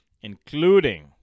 including